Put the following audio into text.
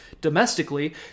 domestically